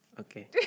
Okay